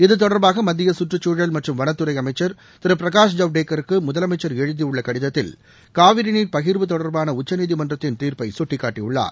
இது தொடர்பாக மத்திய சுற்றுச்சூழல் மற்றும் வனத்துறை அமைச்சர் திரு பிரகாஷ் ஜவடேக்கருக்கு முதலமைச்சர் எழுதியுள்ள கடிதத்தில் காவிரி நீர் பகிர்வு தொடர்பாள உச்சநீதிமன்றத்தின் தீர்ப்பை சுட்டிக்காட்டியுள்ளார்